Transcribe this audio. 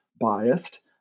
biased